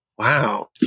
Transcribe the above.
Wow